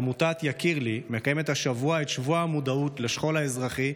עמותת יקיר לי מקיימת השבוע את שבוע המודעות לשכול האזרחי,